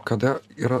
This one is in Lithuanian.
kada yra